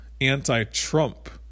anti-Trump